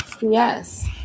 Yes